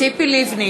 ציפי לבני,